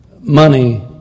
money